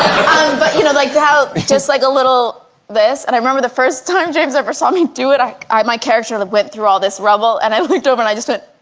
but you know like the house just like a little this and i remember the first time james ever saw me do it i i character of went through all this rubble and i looked over and i just went